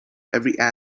every